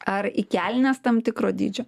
ar į kelnes tam tikro dydžio